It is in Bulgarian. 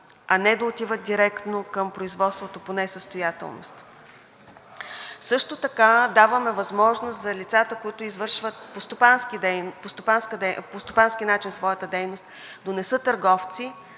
а не да отиват директно към производството по несъстоятелност. Също така даваме възможност за лицата, които извършват по стопански начин своята дейност да не са търговци,